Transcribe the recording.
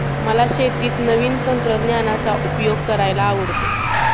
मला शेतीत नवीन तंत्रज्ञानाचा उपयोग करायला आवडतो